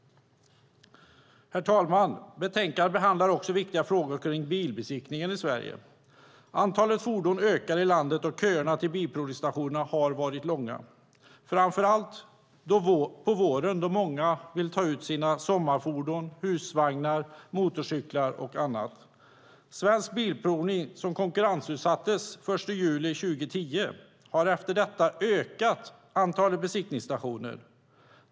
Herr talman! Betänkandet behandlar också viktiga frågor kring bilbesiktningen i Sverige. Antalet fordon ökar i landet och köerna till bilprovningsstationerna har varit långa, framför allt på våren då många vill ta ut sina sommarfordon, husvagnar, motorcyklar och annat. Svensk Bilprovning som konkurrensutsattes den 1 juli 2010 har efter detta ökat antalet besiktningsstationer.